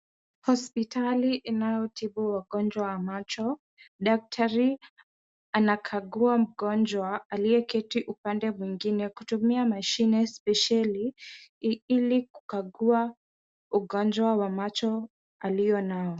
Hospitali inayo tibu wagonjwa wa macho, daktari anakagua mgonjwa aliyeketi upande mwingine kutumia mashine spesheli ili kukagua ugonjwa wa macho alio nao.